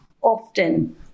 often